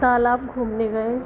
तालाब घूमने गए